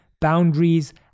boundaries